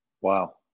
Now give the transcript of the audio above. Wow